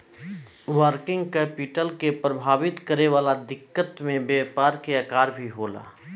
working capital के प्रभावित करे वाला दिकत में व्यापार के आकर भी होला